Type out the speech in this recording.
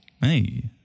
Hey